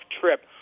trip